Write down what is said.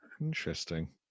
Interesting